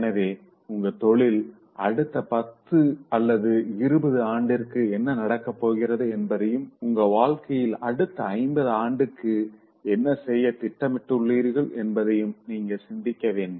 எனவே உங்க தொழிலில் அடுத்த பத்து இருபது ஆண்டிற்கு என்ன நடக்கப் போகிறது என்பதையும் உங்க வாழ்க்கையில் அடுத்த 50 ஆண்டுக்கு என்ன செய்ய திட்டமிட்டுள்ளீர்கள் என்பதையும் நீங்க சிந்திக்க வேண்டும்